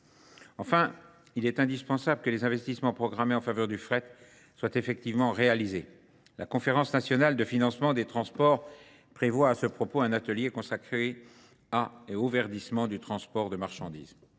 Enfin, il est indispensable que les investissements programmés en faveur du fret soient effectivement réalisés. La Conférence nationale de financement des transports prévoit à ce propos un atelier consacré à et au verdissement du transport de marchandises.